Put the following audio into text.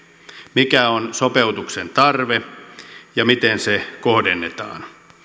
mikä on sopeutuksen tarve ja miten se kohdennetaan